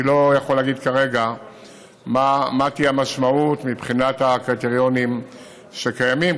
אני לא יכול להגיד כרגע מה תהיה המשמעות מבחינת הקריטריונים שקיימים.